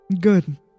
Good